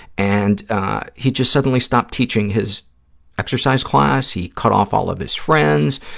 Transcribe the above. and he just suddenly stopped teaching his exercise class. he cut off all of his friends,